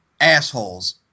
assholes